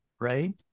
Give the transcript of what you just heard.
right